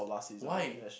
why